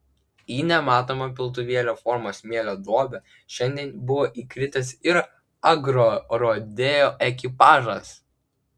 į nematomą piltuvėlio formos smėlio duobę šiandien buvo įkritęs ir agrorodeo ekipažas